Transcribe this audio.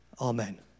Amen